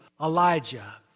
Elijah